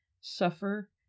suffer